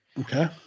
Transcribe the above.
okay